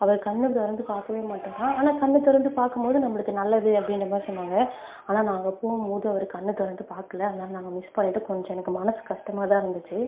அவர் கண் திறந்து பார்க்கவே மாட்டாராம் ஆனால் கண் திறந்து பார்க்கும்போது நம்பளுக்கு நல்லது அப்படின்ற மாதிரி சொன்னாங்க ஆனால் நான் அங்கே போகும்போது அவர் கண்ணை திறந்து பார்க்கல அதனால் நாங்கள் மிஸ் பண்ணிட்டோம் கொஞ்சம் எனக்கு மனசு கஷ்டமாக தான் இருந்துச்சு